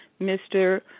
Mr